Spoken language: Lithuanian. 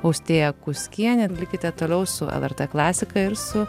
austėja kuskienė likite toliau su lrt klasiką ir su